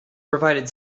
provided